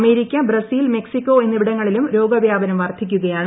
America Brazil Mexico എന്നിവിടങ്ങളിലും രോഗവ്യാപനം വർദ്ധിക്കുകയാണ്